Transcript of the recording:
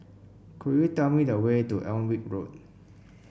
could you tell me the way to Alnwick Road